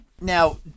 Now